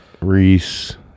Reese